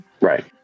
Right